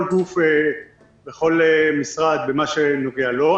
כל גוף בכל משרד ומה שנוגע לו.